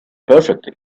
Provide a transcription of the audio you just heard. perfectly